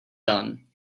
done